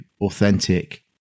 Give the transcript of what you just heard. authentic